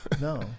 No